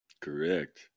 Correct